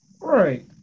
right